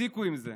תפסיקו עם זה,